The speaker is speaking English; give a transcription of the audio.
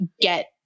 get